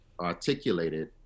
articulated